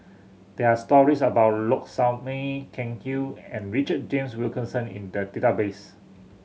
there are stories about Low Sanmay Ken Kwek and Richard James Wilkinson in the database